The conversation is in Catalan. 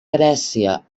grècia